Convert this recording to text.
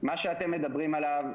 מה שאמרתי קודם,